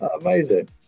Amazing